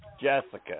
Jessica